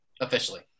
Officially